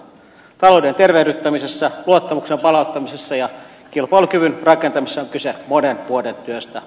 talouden tervehdyttämisessä luottamuksen palauttamisessa ja kilpailukyvyn rakentamisessa on kyse monen vuoden työstä